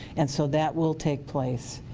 and so that will take place,